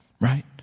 Right